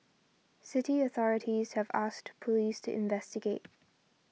city authorities have asked police to investigate